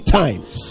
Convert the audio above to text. times